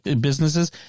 businesses